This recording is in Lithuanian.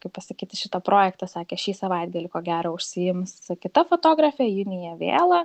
kaip pasakyt į šitą projektą sakė šį savaitgalį ko gero užsiims kita fotografė junija vėla